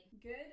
Good